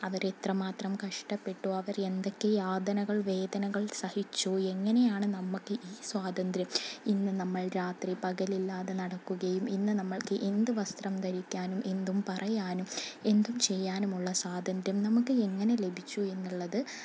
അവരെത്രമാത്രം കഷ്ടപ്പെട്ടു അവർ എന്തൊക്കെ യാതനകൾ വേദനകൾ സഹിച്ചു എങ്ങനെയാണ് നമ്മൾക്ക് ഈ സ്വാതന്ത്ര്യം ഇന്ന് നമ്മൾ രാത്രി പകലില്ലാതെ നടക്കുകയും ഇന്ന് നമ്മൾക്ക് എന്ത് വസ്ത്രം ധരിക്കാനും എന്തും പറയാനും എന്തും ചെയ്യാനുമുള്ള സ്വാതന്ത്ര്യം നമുക്ക് എങ്ങനെ ലഭിച്ചു എന്നുള്ളത്